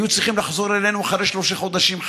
הם היו צריכים לחזור אלינו אחרי שלושה חודשים,